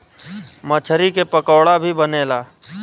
मछरी के पकोड़ा भी बनेला